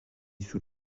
sous